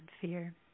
fear